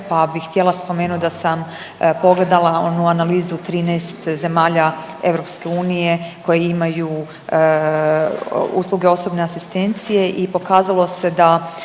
pa bih htjela spomenuti da sam pogledala onu analizu 13 zemalja EU koje imaju usluge osobne asistencije i pokazalo se da